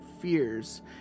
fears